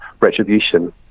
retribution